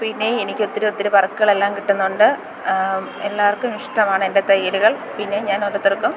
പിന്നെ എനിക്ക് ഒത്തിരിയൊത്തിരി വര്ക്ക്കളെല്ലാം കിട്ടുന്നുണ്ട് എല്ലാവര്ക്കും ഇഷ്ടമാണ് എന്റെ തയ്യലുകള് പിന്നെ ഞാന് ഒരോരുത്തര്ക്കും